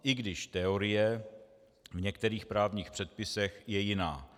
I když teorie v některých právních předpisech je jiná.